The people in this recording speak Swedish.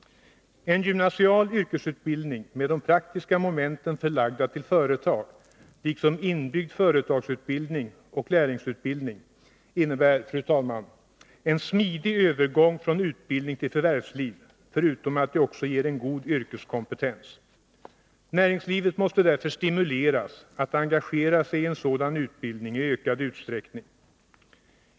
En gymnasial yrkesutbildning med de praktiska momenten förlagda till företag, liksom inbyggd företagsutbildning och lärlingsutbildning, innebär, fru talman, en smidig övergång från utbildning till förvärvsliv förutom att den också ger en god yrkeskompetens. Näringslivet måste därför stimuleras att engagera sig i en sådan utbildning i ökad utsträckning.